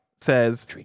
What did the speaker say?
says